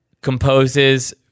composes